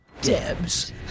Debs